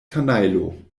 kanajlo